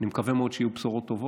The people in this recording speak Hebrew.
אני מקווה מאוד שיהיו בשורות טובות,